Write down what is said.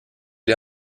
est